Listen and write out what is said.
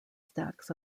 stacks